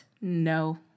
No